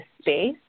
space